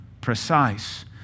precise